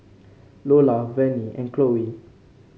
Lolla Vannie and Chloe